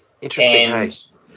Interesting